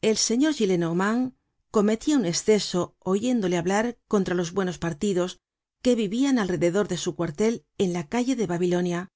el señor gillenormad cometia un esceso oyéndole hablar contra los buenos partidos que vivian alrededor de su cuartel en la calle de babilonia